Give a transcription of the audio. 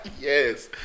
Yes